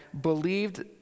believed